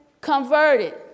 converted